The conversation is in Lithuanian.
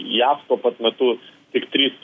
jav tuo pat metu tik trys